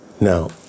Now